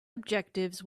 objectives